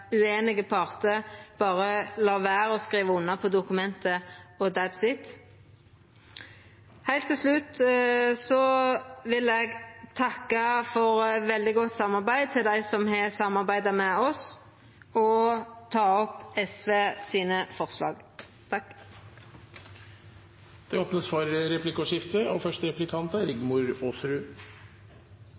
ueinige partar berre lèt vera å skriva under på dokumentet og «that’s it»? Heilt til slutt vil eg takka for veldig godt samarbeid til dei som har samarbeidd med oss, og anbefala SV sine forslag. Det blir replikkordskifte. I SV og Fremskrittspartiets opprinnelige forslag er